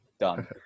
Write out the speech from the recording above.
Done